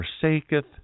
forsaketh